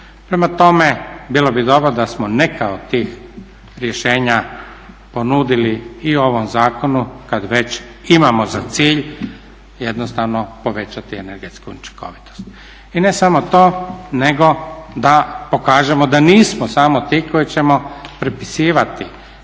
Prema tome, bilo bi dobro da smo neka od tih rješenja ponudili i o ovom zakonu kada već imamo za cilj jednostavno povećati energetsku učinkovitost. I ne samo to nego da pokažemo da nismo samo ti koji ćemo prepisivati